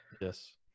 Yes